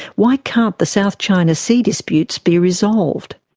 why can't the south china sea disputes be resolved?